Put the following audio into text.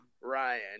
Ryan